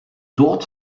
dort